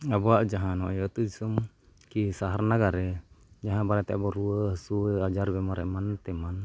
ᱟᱵᱚᱣᱟᱜ ᱡᱟᱦᱟᱸ ᱱᱚᱜᱼᱚᱸᱭ ᱟᱛᱳ ᱫᱤᱥᱚᱢ ᱠᱤ ᱥᱟᱦᱟᱨ ᱱᱟᱜᱟᱨ ᱨᱮ ᱡᱟᱦᱟᱸ ᱵᱟᱨᱮ ᱛᱮᱵᱚᱱ ᱨᱩᱣᱟᱹ ᱦᱟᱹᱥᱩᱜᱼᱟ ᱟᱡᱟᱨ ᱵᱤᱢᱟᱨ ᱮᱢᱟᱱ ᱛᱮᱢᱟᱱ